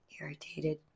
irritated